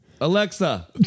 Alexa